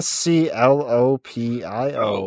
Sclopio